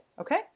okay